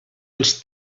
els